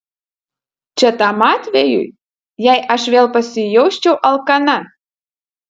čia tam atvejui jei aš vėl pasijausčiau alkana